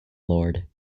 lord